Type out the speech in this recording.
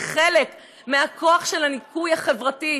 היא חלק מהכוח של הניקוי החברתי,